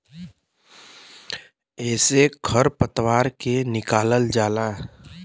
एसे खर पतवार के निकालल जाला